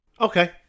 Okay